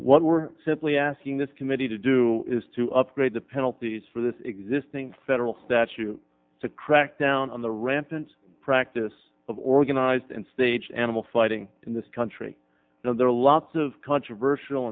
what we're simply asking this committee to do is to upgrade the penalties for this existing federal statute to crack down on the rampant practice of organized and stage animal fighting in this country so there are lots of controversial